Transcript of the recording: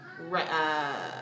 Right